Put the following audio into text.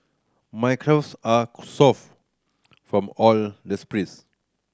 my calves are from all the sprints